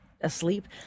asleep